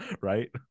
Right